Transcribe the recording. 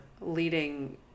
leading